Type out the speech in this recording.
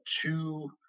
two